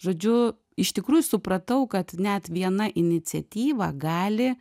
žodžiu iš tikrųjų supratau kad net viena iniciatyva gali